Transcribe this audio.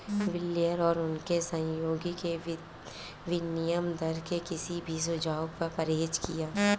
Blair और उनके सहयोगियों ने विनिमय दर के किसी भी सुझाव से परहेज किया